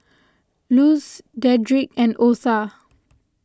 Luz Dedric and Otha